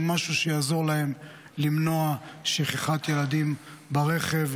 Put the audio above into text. משהו שיעזור להם למנוע שכחת ילדים ברכב.